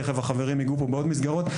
תיכף החברים יגעו בעוד מסגרות.